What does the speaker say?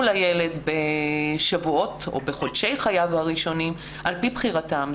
הילד בשבועות או בחודשי חייו הראשונים על פי בחירתם.